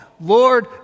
Lord